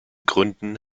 gründen